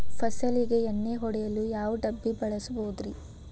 ಫಸಲಿಗೆ ಎಣ್ಣೆ ಹೊಡೆಯಲು ಯಾವ ಡಬ್ಬಿ ಬಳಸುವುದರಿ?